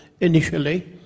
initially